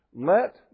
Let